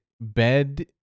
bed